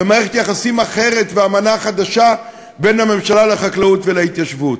ומערכת יחסים אחרת ואמנה חדשה בין הממשלה לחקלאות ולהתיישבות.